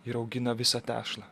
įraugina visą tešlą